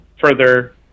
further